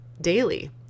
daily